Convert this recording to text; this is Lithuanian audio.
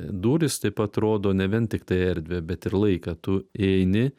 durys taip pat rodo ne vien tiktai erdvę bet ir laiką tu įeini